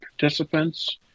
participants